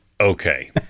Okay